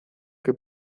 que